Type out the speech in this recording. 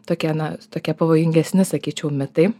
tokia na tokia pavojingesni sakyčiau mitai